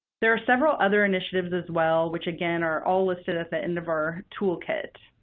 there are several other initiatives as well, which again are all listed at the end of our toolkit.